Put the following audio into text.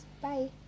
bye